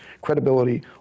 credibility